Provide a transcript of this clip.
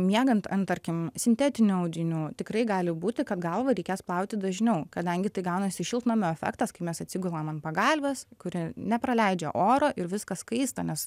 miegant ant tarkim sintetinių audinių tikrai gali būti kad galvą reikės plauti dažniau kadangi tai gaunasi šiltnamio efektas kai mes atsigulam ant pagalvės kuri nepraleidžia oro ir viskas kaista nes